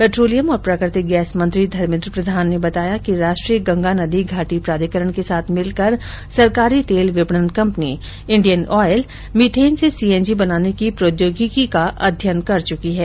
petroleum और प्राकृतिक gas मंत्री धर्मेद्र प्रधान ने बताया कि राष्ट्रीय गंगा नदी घाटी प्राधिकरण के साथ मिलकर सरकारी तेल विपणन कंपनी इंडियन ऑयल मिथेन से सीएनजी बनाने की प्रौद्योगिकी का अध्ययन कर चुकी है